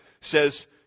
says